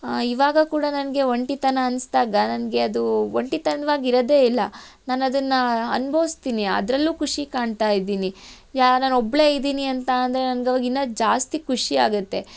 ಇವಾಗ ಕೂಡ ನನಗೆ ಒಂಟಿತನ ಅನಿಸ್ದಾಗ ನನಗೆ ಅದು ಒಂಟಿತನವಾಗಿ ಇರೋದೇ ಇಲ್ಲ ನಾನು ಅದನ್ನ ಅ ಅನುಭವಿಸ್ತೀನಿ ಅದರಲ್ಲೂ ಖುಷಿ ಕಾಣ್ತಾ ಇದ್ದೀನಿ ಯಾ ನಾ ಒಬ್ಬಳೆ ಇದ್ದೀನಿ ಅಂತ ಅಂದರೆ ನನ್ಗೆ ಆವಾಗ ಇನ್ನು ಜಾಸ್ತಿ ಖುಷಿಯಾಗುತ್ತೆ